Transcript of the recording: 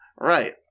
Right